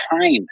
time